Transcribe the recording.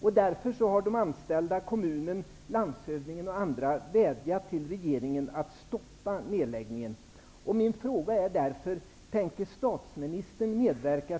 Genom ett sådant beslut medverkar staten till att alldeles i onödan ytterligare öka